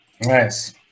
Nice